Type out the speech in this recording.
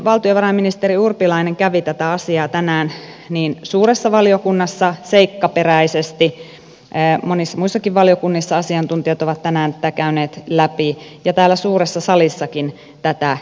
valtiovarainministeri urpilainen kävi tätä asiaa tänään suuressa valiokunnassa seikkaperäisesti läpi monissa muissakin valiokunnissa asiantuntijat ovat tänään tätä käyneet läpi ja täällä suuressa salissakin tätä esiteltiin